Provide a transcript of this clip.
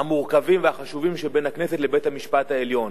המורכבים והחשובים שבין הכנסת לבית-המשפט העליון.